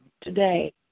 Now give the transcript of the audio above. today